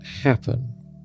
happen